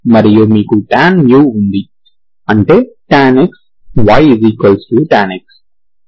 మరియు మీకు tan μ ఉంది అంటే tan x y tan x